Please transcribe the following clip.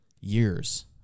years